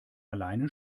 alleine